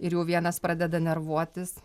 ir jau vienas pradeda nervuotis